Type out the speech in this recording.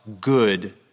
good